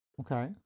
okay